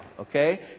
okay